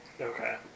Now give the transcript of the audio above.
Okay